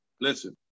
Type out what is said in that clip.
Listen